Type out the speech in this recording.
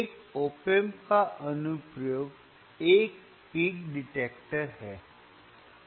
एक op amp का अनुप्रयोग एक पीक डिटेक्टर है